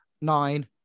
nine